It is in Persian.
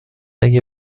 اگه